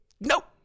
Nope